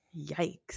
yikes